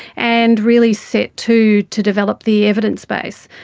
and really set to to develop the evidence base.